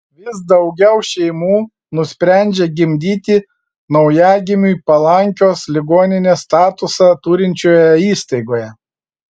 vis daugiau šeimų nusprendžia gimdyti naujagimiui palankios ligoninės statusą turinčioje įstaigoje